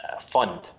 fund